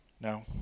No